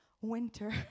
winter